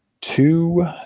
two